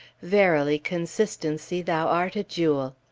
verily, consistency, thou art a jewel!